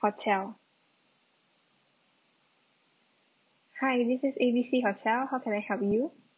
hotel hi this is A B C hotel how can I help you